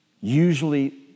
Usually